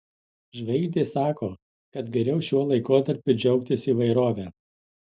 žvaigždės sako kad geriau šiuo laikotarpiu džiaugtis įvairove